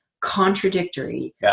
contradictory